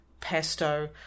pesto